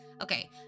Okay